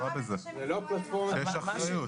יש אחריות.